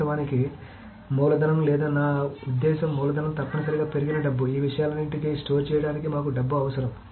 వాస్తవానికి మూలధనం లేదా నా ఉద్దేశ్యం మూలధనం తప్పనిసరిగా పెరిగిన డబ్బు ఈ విషయాలన్నింటినీ స్టోర్ చేయడానికి మాకు డబ్బు అవసరం